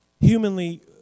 humanly